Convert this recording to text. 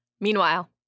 Meanwhile